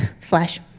slash